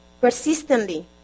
persistently